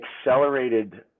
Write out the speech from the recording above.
Accelerated